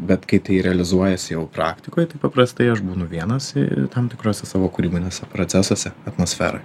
bet kai tai realizuojasi jau praktikoje taip paprastai aš būnu vienas i tam tikruose savo kūrybiniuose procesuose atmosferoj